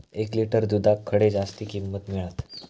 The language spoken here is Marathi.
एक लिटर दूधाक खडे जास्त किंमत मिळात?